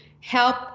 help